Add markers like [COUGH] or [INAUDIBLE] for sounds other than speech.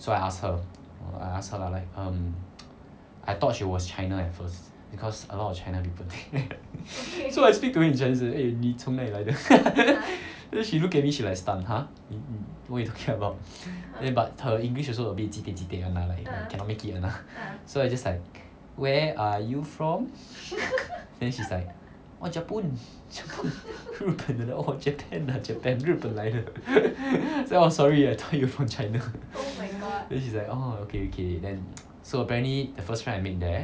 so I ask her I ask her like um [NOISE] I thought she was china at first because a lot of china people [LAUGHS] so I speak to her in chinese leh eh 你从哪里来的 then she looked at me she like stunned !huh! 你你 what you talking about then but her english also a bit jipekjipek [one] lah cannot make it [one] lah so I just like where are you from then she's like oh japun~ 日本 orh japan ah japan 日本来的 [LAUGHS] then I was sorry eh thought you from china then she's like orh okay okay and [NOISE] so apparently the first friend I made there